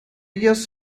ellos